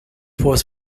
was